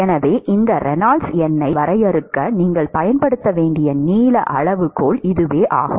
எனவே இந்த ரெனால்ட்ஸ் எண்ணை வரையறுக்க நீங்கள் பயன்படுத்த வேண்டிய நீள அளவுகோல் இதுவாகும்